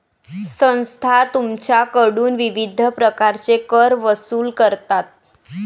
संस्था तुमच्याकडून विविध प्रकारचे कर वसूल करतात